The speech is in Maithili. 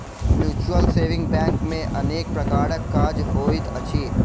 म्यूचुअल सेविंग बैंक मे अनेक प्रकारक काज होइत अछि